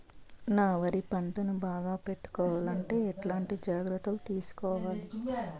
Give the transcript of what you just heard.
నా వరి పంటను బాగా పెట్టుకోవాలంటే ఎట్లాంటి జాగ్రత్త లు తీసుకోవాలి?